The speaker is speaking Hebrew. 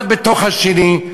אחד בתוך השני.